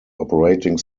operating